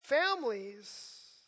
Families